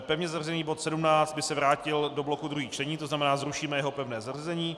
Pevně zařazený bod 17 by se vrátil do bloku druhých čtení, to znamená zrušíme jeho pevné zařazení.